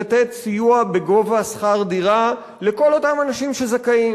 לתת סיוע בגובה שכר דירה לכל אותם אנשים שזכאים